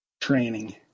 training